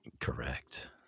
Correct